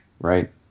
right